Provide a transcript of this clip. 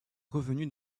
revenu